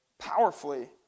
powerfully